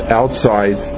outside